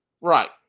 Right